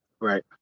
Right